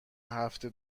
هفته